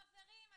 חברים,